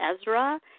Ezra